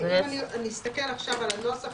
אם אני אסתכל עכשיו על הנוסח